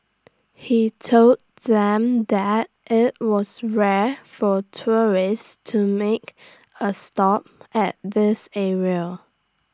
he told them that IT was rare for tourists to make A stop at this area